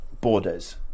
borders